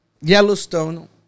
Yellowstone